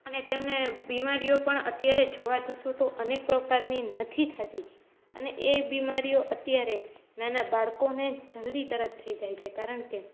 અને તેમને બીમારીઓ પણ અત્યારે જોવાં જશો તો અનેક પ્રકારની નથી થતી અને એ બીમારીઓ અત્યારે નાના બાળકોને જલ્દી તરત થઈ જાય છે કારણ કે